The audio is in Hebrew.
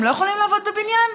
הם לא יכולים לעבוד בבניין?